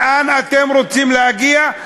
לאן אתם רוצים להגיע?